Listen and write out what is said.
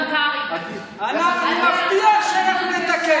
כל המדינה הזו,